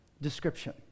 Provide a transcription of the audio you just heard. description